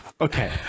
okay